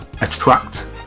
attract